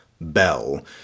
bell